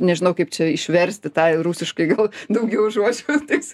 nežinau kaip čia išversti tai rusiškai gal daugiau žodžių tais